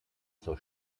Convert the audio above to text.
zur